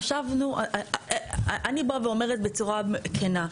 חשבנו, אני באה ואומרת בצורה כנה: